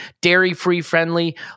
dairy-free-friendly